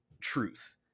truth